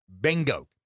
Bingo